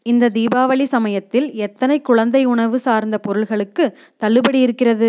இந்த தீபாவளி சமயத்தில் எத்தனை குழந்தை உணவு சார்ந்த பொருள்களுக்கு தள்ளுபடி இருக்கிறது